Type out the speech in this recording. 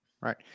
Right